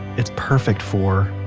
it's perfect for,